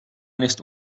نیست